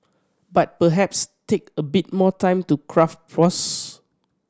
but perhaps take a bit more time to craft post